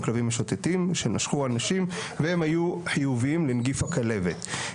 הם כלבים משוטטים שנשכו אנשים והם היו חיובים לנגיף הכלבת.